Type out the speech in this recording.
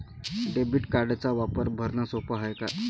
Debit कार्डचा वापर भरनं सोप हाय का?